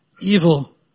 evil